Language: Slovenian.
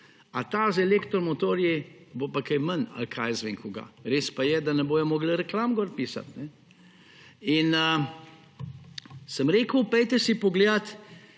A ta z elektromotorji bo pa kaj manj ali kaj jaz vem kaj? Res pa je, da ne bodo mogli reklam gor pisati. Sem rekel, pojdite si pogledati,